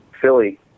Philly